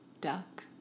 duck